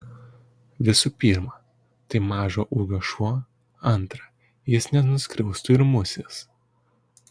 visų pirma tai mažo ūgio šuo antra jis nenuskriaustų ir musės